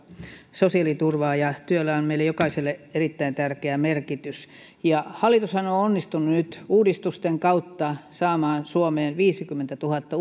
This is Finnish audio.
sosiaaliturvaa ja ja työllä on meille jokaiselle erittäin tärkeä merkitys hallitushan on onnistunut nyt uudistusten kautta saamaan suomeen viisikymmentätuhatta